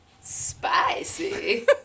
Spicy